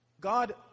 God